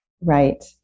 Right